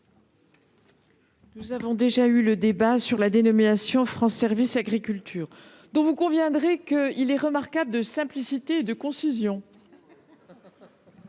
Nous avons déjà eu le débat sur la dénomination France Services agriculture, laquelle, vous en conviendrez, est remarquable de simplicité et de concision.